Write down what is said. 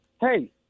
Hey